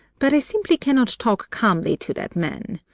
but i simply cannot talk calmly to that man.